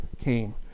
came